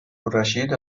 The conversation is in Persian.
الرشید